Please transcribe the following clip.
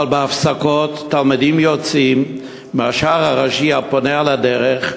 אבל בהפסקות תלמידים יוצאים מהשער הראשי הפונה אל הדרך,